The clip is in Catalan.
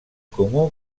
comú